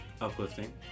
Uplifting